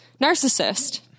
narcissist